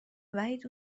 وحید